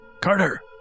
Carter